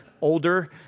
older